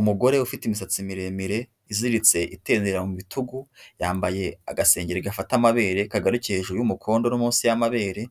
Umugore ufite imisatsi miremire iziritse itendera mu bitugu, yambaye agasengeri gafata amabere kagarukiye hejuru y'umukondo no munsi y'amabere,